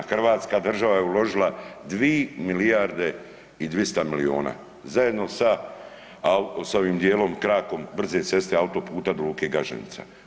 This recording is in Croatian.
Hrvatska država je uložila 2 milijarde i 200 milijuna zajedno sa ovim dijelom, krakom brze ceste autoputa do luke Gaženica.